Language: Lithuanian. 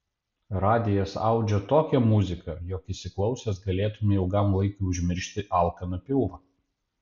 radijas audžia tokią muziką jog įsiklausęs galėtumei ilgam laikui užmiršti alkaną pilvą